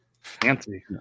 fancy